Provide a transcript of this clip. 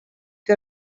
que